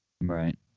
Right